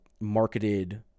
marketed